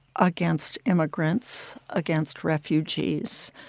against immigrants, against refugees,